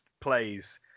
plays